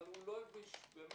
אבל הוא לא הביא תועלת,